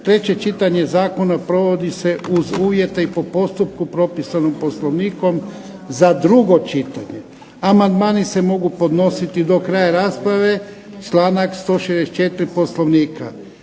Treće čitanje zakona provodi se uz uvjete i po postupku propisanom Poslovnikom za drugo čitanje. Amandmani se mogu podnositi do kraja rasprave, članak 164. Poslovnika.